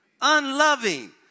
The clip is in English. unloving